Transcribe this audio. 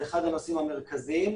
זה אחד הנושאים המרכזיים,